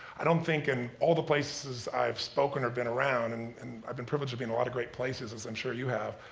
i don't think in all the places i've spoken or been around, and and i've been privileged to be in a lot of great places as i'm sure you have,